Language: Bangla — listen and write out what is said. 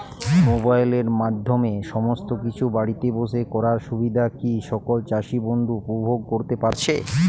মোবাইলের মাধ্যমে সমস্ত কিছু বাড়িতে বসে করার সুবিধা কি সকল চাষী বন্ধু উপভোগ করতে পারছে?